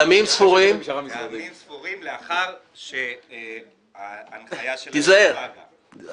אני מעריך שזה יהיה ימים ספורים לאחר שההנחיה של היועץ --- מה